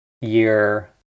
year